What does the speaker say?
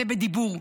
זה בדיבור,